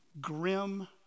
grim